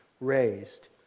raised